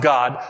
God